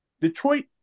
Detroit